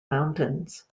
mountains